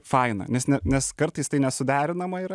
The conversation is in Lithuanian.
faina nes ne nes kartais tai nesuderinama yra